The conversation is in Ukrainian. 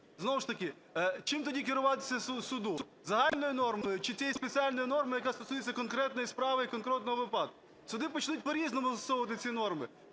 Знову ж таки, чим тоді керуватися суду: загальною нормою чи тієї спеціальною нормою, яка стосується конкретної справи і конкретного випадку? Суди почнуть по-різному застосовувати ці норми.